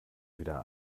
wieder